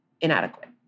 inadequate